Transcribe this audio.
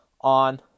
on